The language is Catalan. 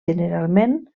generalment